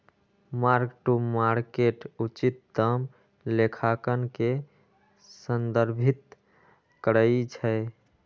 mark to market उचित दाम लेखांकन के संदर्भित करइ छै